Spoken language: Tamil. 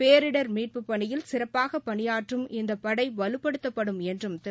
பேரிடர் மீட்புப் பணியில் சிறப்பாக பணியாற்றும் இந்த படை வலுப்படுத்தப்படும் என்றும் திரு